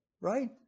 right